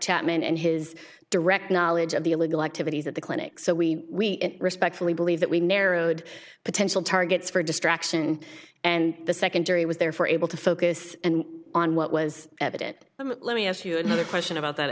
chapman and his direct knowledge of the illegal activities at the clinic so we respectfully believe that we narrowed potential targets for distraction and the second jury was there for able to focus on what was evident let me ask you another question about that